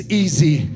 easy